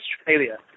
Australia